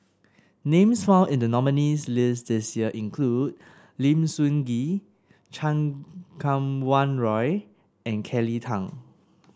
names found in the nominees' list this year include Lim Sun Gee Chan Kum Wah Roy and Kelly Tang